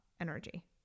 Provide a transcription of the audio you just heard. energy